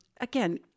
again